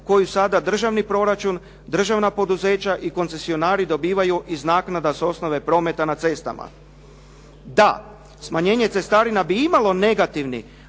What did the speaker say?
koju sada državni proračun, državna poduzeća i koncesionari dobivaju iz naknada s osnove prometa na cestama. Da, smanjenje cestarina bi imalo negativni